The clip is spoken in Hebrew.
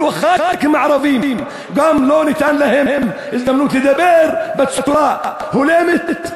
לחברי כנסת ערבים גם לא ניתנה הזדמנות לדבר בצורה הולמת.